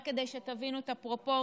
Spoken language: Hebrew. רק כדי שתבינו את הפרופורציות,